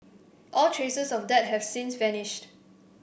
all traces of that have since vanished